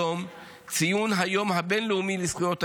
היום, ציון היום הבין-לאומי לזכויות הילד,